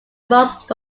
most